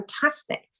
fantastic